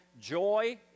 joy